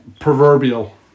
proverbial